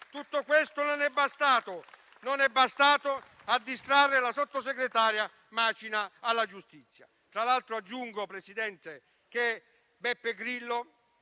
Tutto questo non è bastato a distrarre la sottosegretaria Macina alla giustizia. Tra l'altro aggiungo, Presidente, che Beppe Grillo,